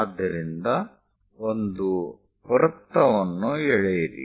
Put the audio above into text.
ಆದ್ದರಿಂದ ಒಂದು ವೃತ್ತವನ್ನು ಎಳೆಯಿರಿ